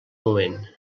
moment